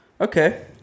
Okay